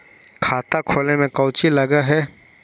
खाता खोले में कौचि लग है?